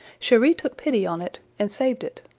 cheri took pity on it, and saved it.